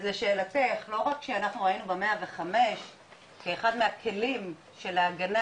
אז לשאלתך מראות שאנחנו ראינו ב-105 כאחד מהכלים של ההגנה